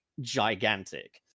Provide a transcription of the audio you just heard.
gigantic